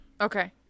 Okay